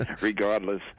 regardless